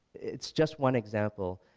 it's just one example,